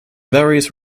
various